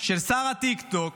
של שר הטיקטוק,